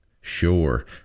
sure